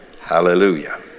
Hallelujah